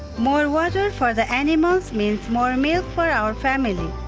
more water for the animals means more meals for our family.